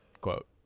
quote